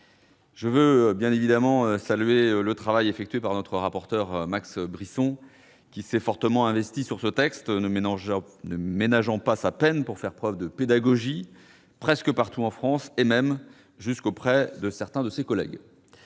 peu tendu. Je veux saluer le travail effectué par notre rapporteur Max Brisson, qui s'est fortement investi sur ce texte, ne ménageant pas sa peine pour faire preuve de pédagogie presque partout en France et même jusqu'auprès de certains ses collègues,